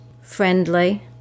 friendly